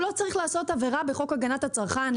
הוא לא צריך לעשות עבירה בחוק הגנת הצרכן,